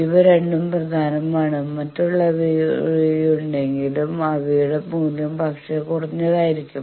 ഇവ രണ്ടും പ്രധാനമാണ് മറ്റുള്ളവയുണ്ടെങ്കിലും അവയുടെ മൂല്യം പക്ഷെ കുറഞ്ഞുകൊണ്ടിരിക്കും